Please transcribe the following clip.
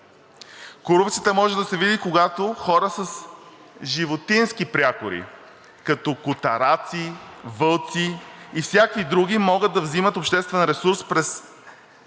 Корупцията може да се види, когато хора с животински прякори като котараци, вълци и всякакви други могат да взимат обществен ресурс през